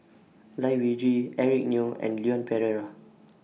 Lai Weijie Eric Neo and Leon Perera